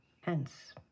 Hence